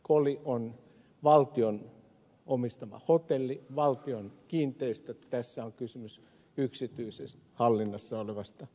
koli on valtion omistama hotelli valtion kiinteistö ja tässä on kysymys yksityisen hallinnassa olevasta kiinteistöstä